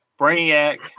Brainiac